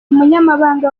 umunyamabanga